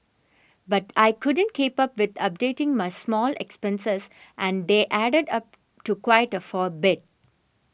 but I couldn't keep up with updating my small expenses and they added up to quite a fall bit